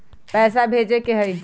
पैसा भेजे के हाइ?